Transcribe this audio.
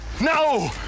No